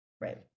right